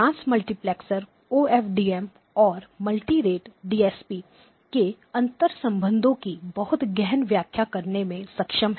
transmultiplexer OFDM और multi rate DSP के अंतर संबंधों की बहुत गहन व्याख्या करने में सक्षम है